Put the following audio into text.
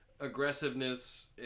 aggressiveness